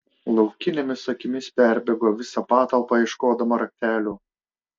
laukinėmis akimis perbėgo visą patalpą ieškodama raktelių